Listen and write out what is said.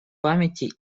памяти